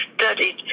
studied